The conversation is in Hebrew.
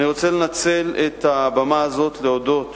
אני רוצה לנצל את הבמה הזאת ולהודות